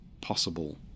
possible